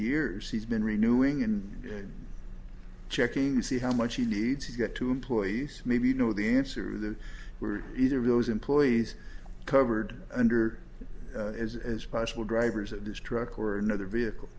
years he's been renu ing and checking to see how much he needs to get two employees maybe you know the answer there were either of those employees covered under as as possible drivers at this truck or another vehicle